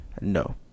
No